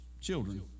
children